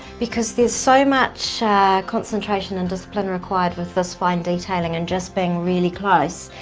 because there's so much concentration and discipline required with this fine detailing and just being really close,